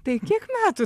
tai kiek metų